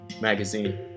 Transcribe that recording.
magazine